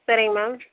சரிங்க மேம்